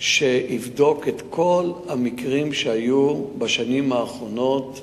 שיבדוק את כל המקרים שהיו בשנים האחרונות,